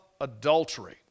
adultery